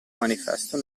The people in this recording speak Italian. manifesto